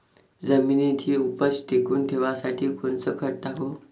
जमिनीची उपज टिकून ठेवासाठी कोनचं खत टाकू?